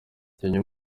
kenya